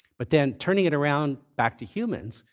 but then turning it around back to humans,